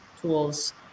tools